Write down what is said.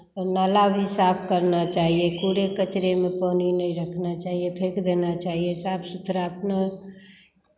और नाला भी साफ करना चाहिए कूड़े कचरे में पानी नहीं रखना चाहिए फेंक देना चाहिए साफ सुथरा अपना